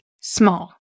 small